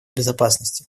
безопасности